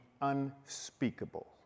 unspeakable